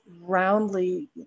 roundly